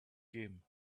game